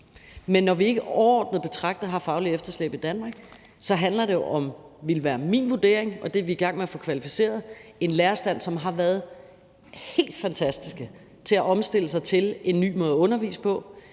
Når vi ikke overordnet betragtet har et fagligt efterslæb i Danmark, så handler det jo om – det vil være min vurdering, og det er vi i gang med at få kvalificeret – at vi har en lærerstand, som har været helt fantastisk til at omstille sig til en ny måde at undervise på.